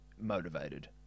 motivated